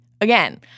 Again